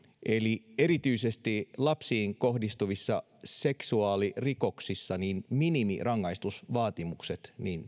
eli erityisesti lapsiin kohdistuvissa seksuaalirikoksissa minimirangaistusvaatimuksia